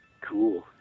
Cool